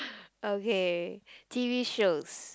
okay t_v shows